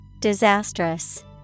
Disastrous